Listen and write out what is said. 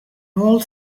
old